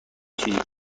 چیزی